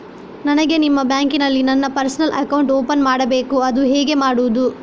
ನನಗೆ ನಿಮ್ಮ ಬ್ಯಾಂಕಿನಲ್ಲಿ ನನ್ನ ಪರ್ಸನಲ್ ಅಕೌಂಟ್ ಓಪನ್ ಮಾಡಬೇಕು ಅದು ಹೇಗೆ ಮಾಡುವುದು?